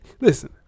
Listen